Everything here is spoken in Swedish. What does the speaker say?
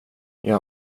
jag